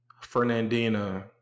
Fernandina